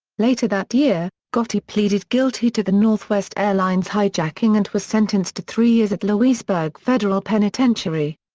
later that year, gotti pleaded guilty to the northwest airlines hijacking and was sentenced to three years at lewisburg federal penitentiary.